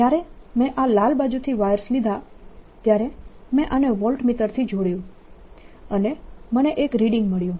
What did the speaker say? જ્યારે મેં આ લાલ બાજુથી વાયર્સ લીધાં ત્યારે મેં આને વોલ્ટમીટરથી જોડ્યું અને મને એક રીડિંગ મળ્યું